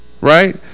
right